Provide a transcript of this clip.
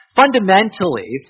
fundamentally